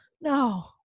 no